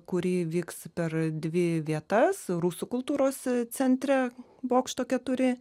kuri vyks per dvi vietas rusų kultūros centre bokšto keturi